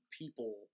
people